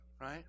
right